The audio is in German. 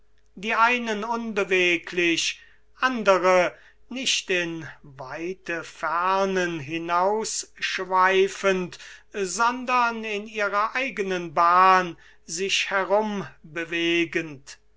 die einen unbeweglich andere nicht in weite fernen hinausschweifend sondern in ihrer eigenen bahn sich herumbewegend